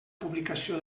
publicació